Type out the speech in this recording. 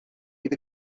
bydd